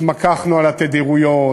התמקחנו על התדירויות.